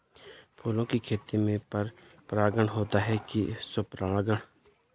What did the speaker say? फूलों की खेती में पर परागण होता है कि स्वपरागण?